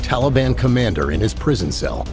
taliban commander in his prison cell